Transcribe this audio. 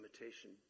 imitation